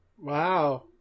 Wow